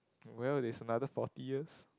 well there is another forty years